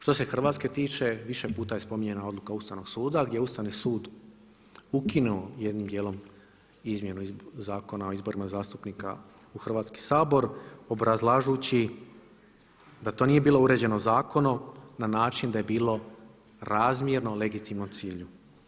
Što se Hrvatske tiče više puta je spominjana odluka Ustavnog suda gdje Ustavni sud ukinuo jednim dijelom Izmjenu zakona o izborima zastupnika u Hrvatski sabor obrazlažući da to nije bilo uređeno zakonom na način da je bilo razmjerno legitimnom cilju.